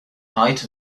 height